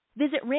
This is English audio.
Visit